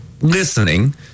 listening